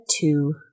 two